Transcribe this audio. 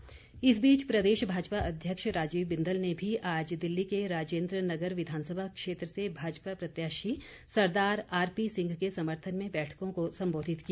बिंदल इस बीच प्रदेश भाजपा अध्यक्ष राजीव बिंदल ने भी आज दिल्ली के राजेन्द्र नगर विधानसभा क्षेत्र से भाजपा प्रत्याशी सरदार आरपी सिंह के समर्थन में बैठकों को सम्बोधित किया